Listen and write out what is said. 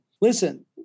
Listen